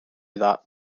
that